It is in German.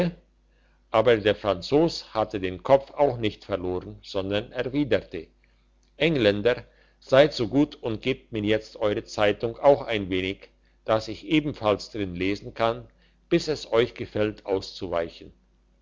aber der franzos hatte den kopf auch nicht verloren sondern erwiderte engländer seid so gut und gebt mir jetzt eure zeitung auch ein wenig dass ich ebenfalls darin lesen kann bis es euch gefällt auszuweichen